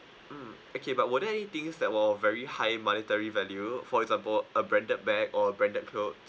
mm okay but were there any things that were very high monetary value for example a branded bag or branded clothes